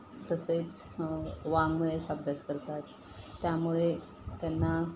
तसेच वाङ्मयाचा अभ्यास करतात त्यामुळे त्यांना